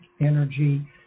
energy